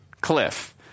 cliff